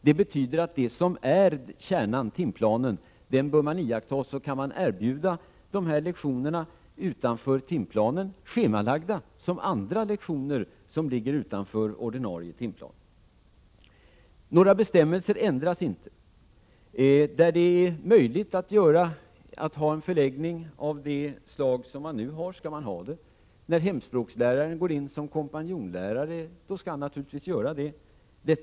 Det betyder att man med iakttagande av det som är kärnan — timplanen — bör kunna erbjuda schemalagda hemspråkslektioner på samma sätt som är fallet beträffande lektioner i andra ämnen som ligger utanför timplanen. Det är inte fråga om att ändra några bestämmelser. Där det är möjligt att ha en förläggning av det slag som man har i dag, skall man ha det. En hemspråkslärare som går in som kompanjonlärare skall naturligtvis kunna göra det även i fortsättningen.